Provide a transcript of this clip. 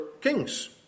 kings